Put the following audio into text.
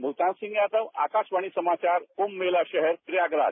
मुल्तान सिंह यादव आकाशवाणी समाचार क्षे मेला शहर प्रयागराग